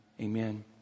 Amen